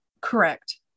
Correct